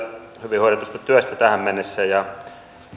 hyvin hoidetusta työstä tähän mennessä